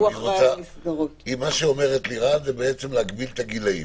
מה שאומרת לירון זה להגביל את הגילאים.